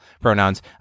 pronouns